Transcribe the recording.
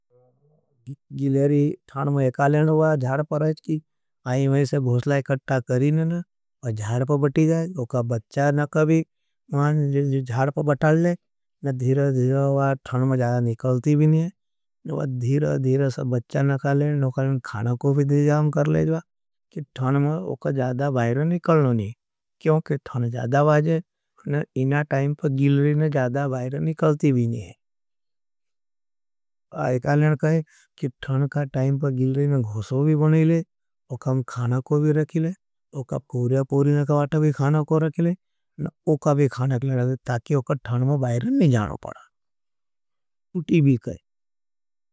गिलेरी थान में एका लेन हुआ ज्ञार पर हैच कि आई मेंसे भूसला एकट्टा करी न न ज्ञार पर बटी जाएँ। वोका बच्चा न कभी ज्ञार पर बटाले न धीरा धीरा थान में ज्ञार निकलती भी नहीं है। वोका धीरा धीरा सब बच्चा न खाले न खाना कोभी देजाएं कर लेज़बा कि थान में वोका जादा बाहरे निकल नहीं है। क्योंकि थान जादा बाजे न इना टाइम पर गिलेरी न जादा बाहरे निकलती भी नहीं है। आई काले न कहे कि थान का टाइम पर गिलेरी में घोसो भी बने ले, वोका में खाना कोभी रखेले, वोका पूर्या पूरी नका बाता भी खाना को रखेले, न वोका भी खाना के लिए ताकि वोका थान में बाहरे न नहीं जादा पड़ा। उठी भी कहे।